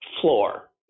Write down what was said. floor